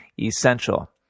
ESSENTIAL